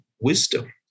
wisdom